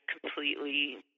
completely